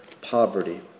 poverty